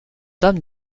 dame